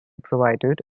provided